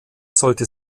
sollte